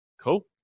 Cool